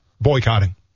boycotting